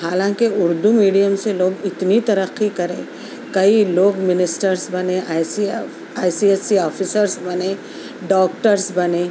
حالانکہ اُردو میڈیم سے لوگ اتنی ترقی کرے کئی لوگ منسٹرس بنے I C F I C S C officers بنے ڈاکٹرس بنے